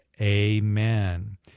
amen